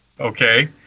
okay